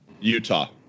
Utah